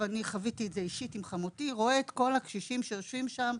את כל הקשישים שיושבים שם,